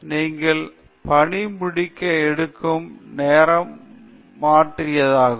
நீங்கள் பணி முடிக்க எடுக்கும் நேரம் பற்றியதாகும்